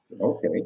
Okay